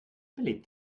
belebt